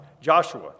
Joshua